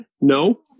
No